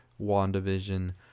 WandaVision